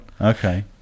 Okay